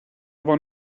aber